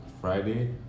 Friday